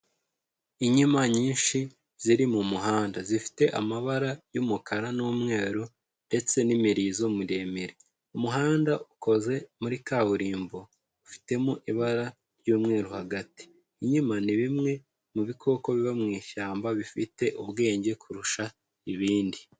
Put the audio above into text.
Inkima nyinshi ziri mu muhanda zifite amabara y'umukara n'umweru ndetse n'imirizo miremire. Umuhanda ukoze muri kaburimbo ufitemo ibara ry'umweru hagati. Inkima ni bimwe mu bikoko biba mu ishyamba bifite ubwenge kurusha ibindi.